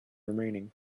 remaining